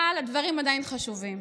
אבל הדברים עדיין חשובים.